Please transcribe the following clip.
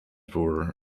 were